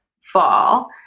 fall